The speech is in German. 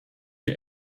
wir